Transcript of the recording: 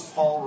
Paul